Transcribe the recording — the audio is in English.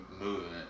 movement